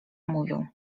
mówią